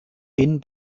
bin